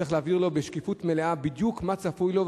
צריך להבהיר לו בשקיפות מלאה בדיוק מה צפוי לו,